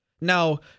Now